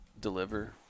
deliver